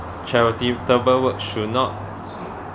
charitable work should not